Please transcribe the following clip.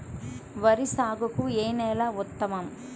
వరి సాగుకు ఏ నేల ఉత్తమం?